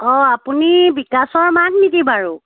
অ আপুনি বিকাশৰ মাক নেকি বাৰু